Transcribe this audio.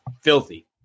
filthy